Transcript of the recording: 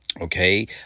okay